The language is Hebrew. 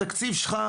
התקציב שלך,